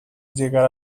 llegar